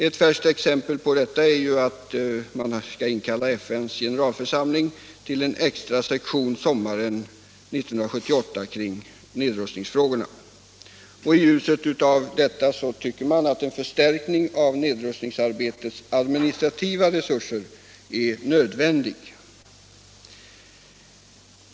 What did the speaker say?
Ett färskt exempel på detta är beslutet att inkalla FN:s generalförsamling till en extra session sommaren 1978 kring nedrustningsfrågorna. I ljuset av allt detta förefaller en förstärkning av nedrustningsarbetets administrativa resurser nödvändig.